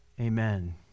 Amen